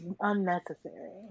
Unnecessary